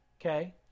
okay